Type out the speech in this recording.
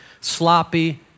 sloppy